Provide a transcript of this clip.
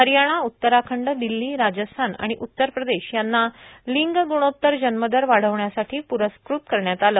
हरियाणा उत्तराखंड दिल्ली राजस्थान आणि उत्तर प्रदेश यांना लिंग ग्रुणोत्तर जव्मदर वाढविण्यासाठी पुरस्कृत करण्यात आलं